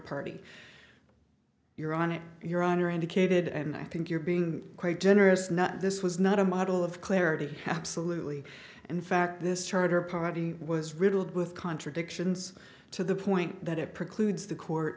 party you're on it your honor indicated and i think you're being quite generous and that this was not a model of clarity absolutely and in fact this charter party was riddled with contradictions to the point that it precludes the court